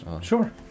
Sure